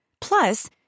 Plus